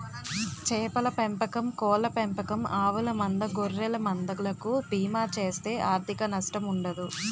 చేపల పెంపకం కోళ్ళ పెంపకం ఆవుల మంద గొర్రెల మంద లకు బీమా చేస్తే ఆర్ధిక నష్టం ఉండదు